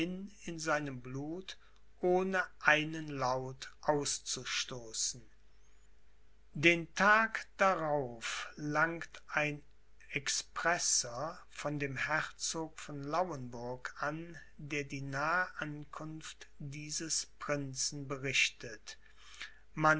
in seinem blut ohne einen laut auszustoßen den tag darauf langt ein expresser von dem herzog von lauenburg an der die nahe ankunft dieses prinzen berichtet